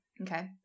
Okay